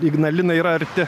ignalina yra arti